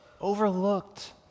overlooked